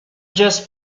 just